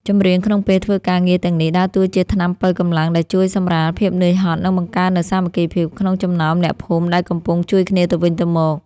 ចម្រៀងក្នុងពេលធ្វើការងារទាំងនេះ ដើរតួជាថ្នាំប៉ូវកម្លាំងដែលជួយសម្រាលភាពនឿយហត់ និងបង្កើននូវសាមគ្គីភាពក្នុងចំណោមអ្នកភូមិដែលកំពុងជួយគ្នាទៅវិញទៅមក។